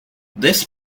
this